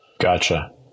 Gotcha